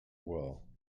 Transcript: well